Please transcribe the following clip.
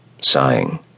Sighing